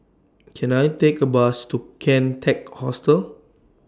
Can I Take A Bus to Kian Teck Hostel